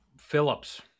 Phillips